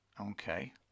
Okay